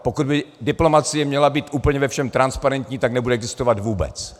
Pokud by diplomacie měla být úplně ve všem transparentní, tak nebude existovat vůbec.